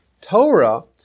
Torah